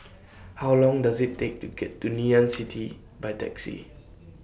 How Long Does IT Take to get to Ngee Ann City By Taxi